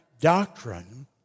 doctrine